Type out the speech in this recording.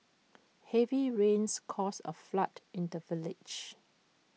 heavy rains caused A flood in the village